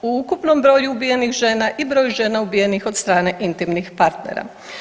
U ukupnom broju ubijenih žena i broju žena ubijenih od strane intimnih partnera.